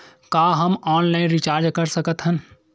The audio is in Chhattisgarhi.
का हम ऑनलाइन रिचार्ज कर सकत हन?